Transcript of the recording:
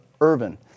Irvin